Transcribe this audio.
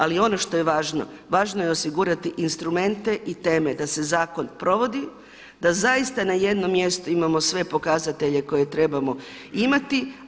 Ali ono što je važno, važno je osigurati instrumente i teme da se zakon provodi, da zaista ne jednom mjestu imamo sve pokazatelje koje trebamo imati.